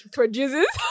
produces